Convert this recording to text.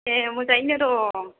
ए मोजाङैनो दङ